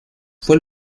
fue